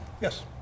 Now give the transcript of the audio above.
yes